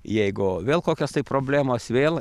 jeigu vėl kokios tai problemos vėl